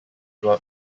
work